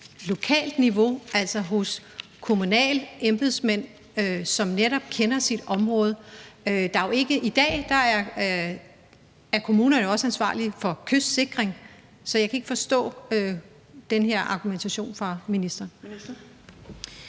lokalt niveau, altså hos kommunale embedsmænd, som netop kender deres område? I dag er kommunerne jo også ansvarlige for kystsikring, så jeg kan ikke forstå den her argumentation fra ministeren.